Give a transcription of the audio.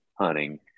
hunting